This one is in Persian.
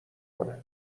کنه